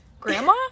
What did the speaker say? Grandma